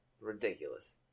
Ridiculous